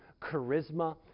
charisma